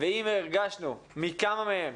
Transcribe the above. ואם הרגשנו מכמה מהם